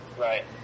right